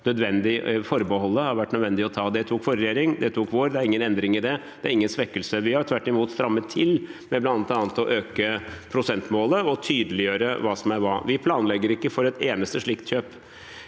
forbeholdet har vært nødvendig å ta. Det tok forrige regjering, det tok vår regjering, og det er ingen endring i det. Det er ingen svekkelse. Vi har tvert imot strammet til, bl.a. ved å øke prosentmålet og tydeliggjøre hva som er hva. Vi planlegger ikke for et eneste slikt kjøp,